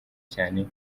cyane